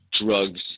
drugs